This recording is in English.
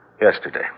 Yesterday